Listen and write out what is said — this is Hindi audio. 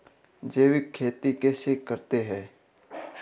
जैविक खेती कैसे करते हैं?